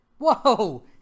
Whoa